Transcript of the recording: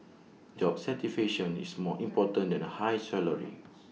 job satisfaction is more important than the high salary